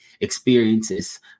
experiences